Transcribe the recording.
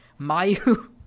Mayu